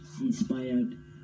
inspired